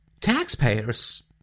taxpayers